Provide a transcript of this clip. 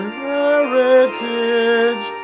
heritage